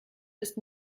ist